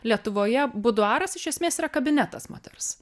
lietuvoje buduaras iš esmės yra kabinetas moters